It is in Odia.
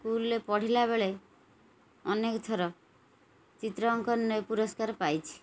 ସ୍କୁଲ୍ରେ ପଢ଼ିଲା ବେଳେ ଅନେକ ଥର ଚିତ୍ର ଅଙ୍କନ ନେଇ ପୁରସ୍କାର ପାଇଛି